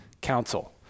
Council